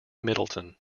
middleton